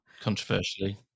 Controversially